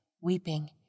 weeping